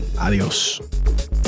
Adios